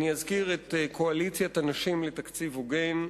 אני אזכיר את קואליציית הנשים לתקציב הוגן,